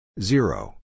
Zero